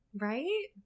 Right